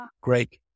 great